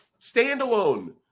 standalone